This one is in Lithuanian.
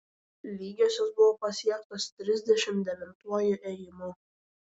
lygiosios buvo pasiektos trisdešimt devintuoju ėjimu